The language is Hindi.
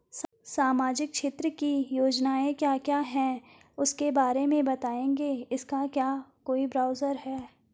सामाजिक क्षेत्र की योजनाएँ क्या क्या हैं उसके बारे में बताएँगे इसका क्या कोई ब्राउज़र है?